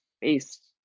based